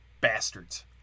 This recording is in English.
bastards